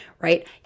right